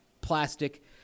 plastic